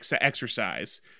exercise